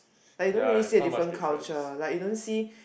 like you don't really see a different culture like you don't see